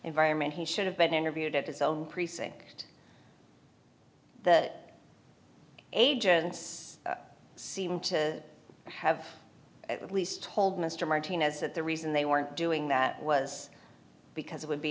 environment he should have been interviewed at his cell precinct that agents seem to have at least told mr martinez that the reason they weren't doing that was because it would be